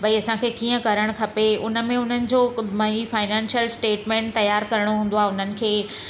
भई असांखे कीअं करणु खपे उनमें उन्हनि जो क मई फाइनैंशियल स्टेटमेंट तयारु करणो हूंदो आहे हुननि खे